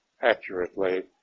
accurately